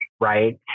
Right